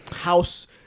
house